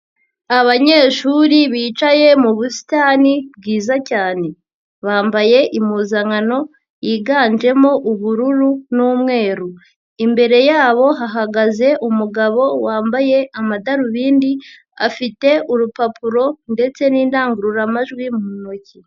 Abanyeshuri bicaye mu busitani bwiza cyane. Bambaye impuzankano yiganjemo ubururu n'umweru. Imbere yabo hahagaze umugabo wambaye amadarubindi, afite urupapuro ndetse n'indangururamajwi mu ntoki.